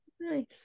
nice